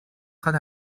خواد